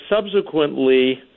subsequently